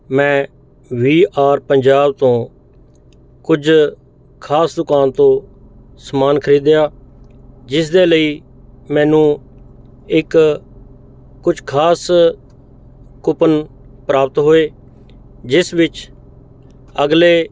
ਮੈਂ V R Punjab ਤੋਂ ਕੁਝ ਖਾਸ ਦੁਕਾਨ ਤੋਂ ਸਮਾਨ ਖਰੀਦਿਆ ਜਿਸ ਦੇ ਲਈ ਮੈਨੂੰ ਇੱਕ ਕੁਛ ਖਾਸ ਕੂਪਨ ਪ੍ਰਾਪਤ ਹੋਏ ਜਿਸ ਵਿੱਚ ਅਗਲੇ